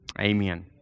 Amen